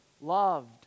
loved